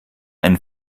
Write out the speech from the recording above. einen